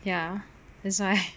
ya that's why